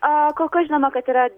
a kol kas žinoma kad yra